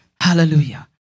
Hallelujah